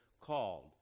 called